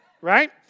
right